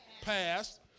passed